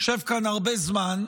הוא יושב כאן הרבה זמן.